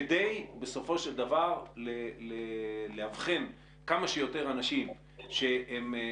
כדי בסופו של דבר לאבחן כמה שיותר אנשים שנחשפו